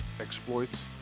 exploits